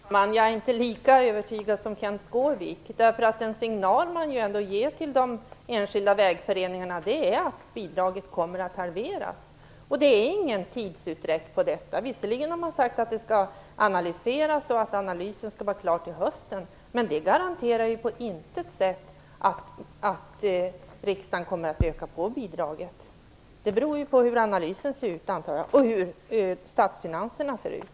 Fru talman! Jag är inte lika övertygad som Kenth Skårvik. Den signal som man ger till de enskilda vägföreningarna är att bidraget kommer att halveras. Det är ingen tidsutdräkt på detta. Visserligen har man sagt att det skall analyseras och att analysen skall vara klar till hösten. Men det garanterar på intet sätt att riksdagen kommer att öka på bidraget. Det beror på hur analysen ser ut, antar jag, och på hur statsfinanserna ser ut.